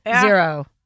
Zero